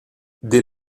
dès